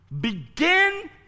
begin